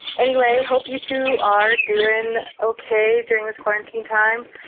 anyway, hope you two are doing okay during this quarantine time.